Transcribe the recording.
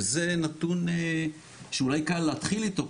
וזה נתון שאולי קל להתחיל איתו,